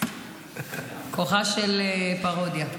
כוחה של פרודיה.